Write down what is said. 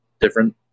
different